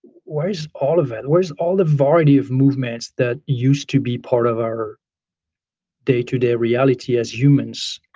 where's all of it? where's all the variety of movements that used to be part of our day to day reality as humans,